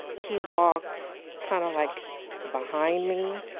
he walked kinda like behind me.